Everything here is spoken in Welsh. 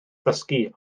ddysgu